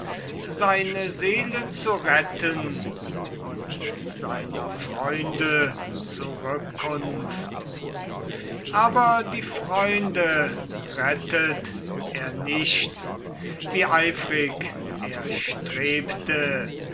seine seele zu retten und seiner freunde zurückkunft aber die freunde rettet er nicht wie eifrig er strebte